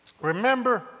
Remember